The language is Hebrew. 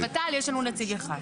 בות"ל יש לנו נציג אחד.